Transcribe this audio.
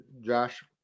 Josh